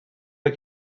but